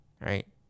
right